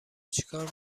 چیکار